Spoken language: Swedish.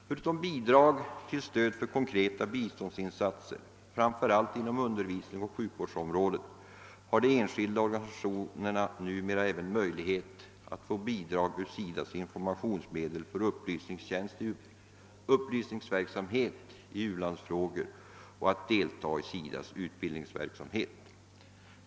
Förutom bidrag till stöd för konkreta biståndsinsatser, framför allt inom undervisningsoch sjukvårdsområdet, har de enskilda organisationerna numera även möjlighet att få bidrag ur SIDA:s informationsmedel för upplysningsverksamhet i u-landsfrågor och att delta i SIDA:s utbildningsverksamhet.